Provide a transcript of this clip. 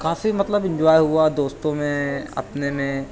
کافی مطلب انجوائے ہوا دوستوں میں اپنے میں